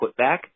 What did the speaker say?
putback